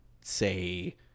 say